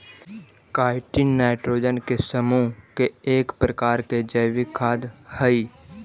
chitin nitrogen के समूह के एक प्रकार के जैविक खाद हई